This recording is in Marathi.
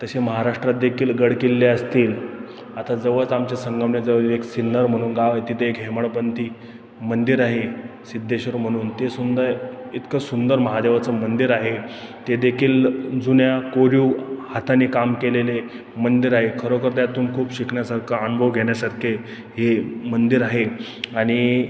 तसे महाराष्ट्रातदेखील गडकिल्ले असतील आता जवळच आमच्या संगमनेरजवळील एक सिन्नर म्हणून गाव आहे तिथे एक हेमाडपंती मंदिर आहे सिद्धेश्वर म्हणून ते सुंद इतकं सुंदर महादेवाचं मंदिर आहे तेदेखील जुन्या कोरीव हाताने काम केलेले मंदिर आहे खरोखर त्यातून खूप शिकण्यासारखं अनुभव घेण्यासारखे हे मंदिर आहे आणि